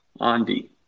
Andy